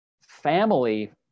family